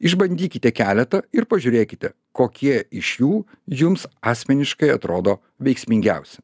išbandykite keletą ir pažiūrėkite kokie iš jų jums asmeniškai atrodo veiksmingiausi